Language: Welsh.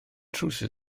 trywsus